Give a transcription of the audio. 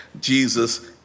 Jesus